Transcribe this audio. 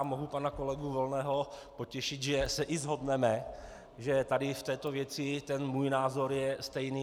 A mohu pana kolegu Volného potěšit, že se i shodneme, že tady v této věci ten můj názor je stejný.